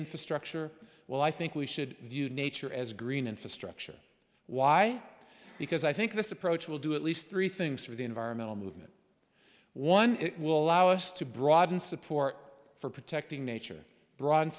infrastructure well i think we should view nature as green infrastructure why because i think this approach will do at least three things for the environmental movement one it will allow us to broaden support for protecting nature